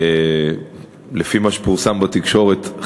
לפי מה שפורסם בתקשורת,